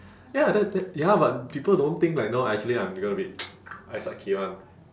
ya that that ya but people don't think like no I actually I'm gonna be I satki [one]